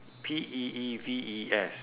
P E E V E S